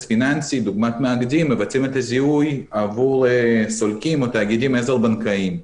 פיננסי מבצעים את הזיהוי עבור סולקים או תאגידי עזר בנקאיים.